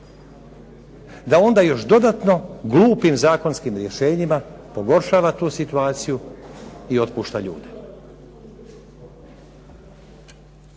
da onda još dodatno glupim zakonskim rješenjima pogoršava tu situaciju i otpušta ljude.